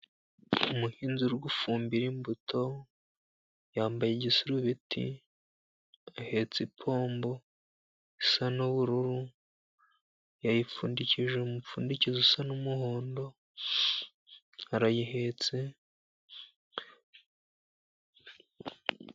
Umuhinzi uri gufumbira imbuto, yambaye igisurubeti, ahetse ipombo isa n'ubururu. Yayipfundikije umupfundikizo usa n'umuhondo, arayihetse.